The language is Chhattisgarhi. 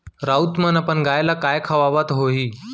राउत मन अपन गाय ल काय खवावत होहीं